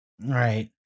Right